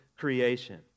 creation